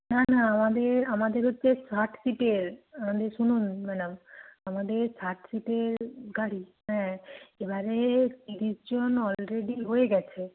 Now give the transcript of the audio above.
না না আমাদের আমাদের হচ্ছে ষাট সিটের আমাদের শুনুন ম্যাডাম আমাদের ষাট সিটের গাড়ি হ্যাঁ এবারে ত্রিশ জন অলরেডি হয়ে গিয়েছে